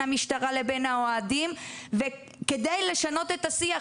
המשטרה לבין האוהדים כדי לשנות את השיח,